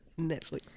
Netflix